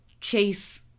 chase